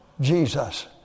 Jesus